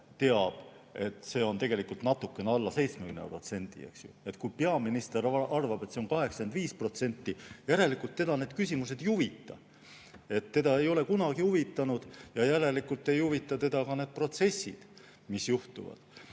teab, et see on tegelikult natukene alla 70%. Kui peaminister arvab, et see on 85%, järelikult teda need küsimused ei huvita. Teda ei ole need kunagi huvitanud ja järelikult ei huvita teda ka need protsessid, mis juhtuvad.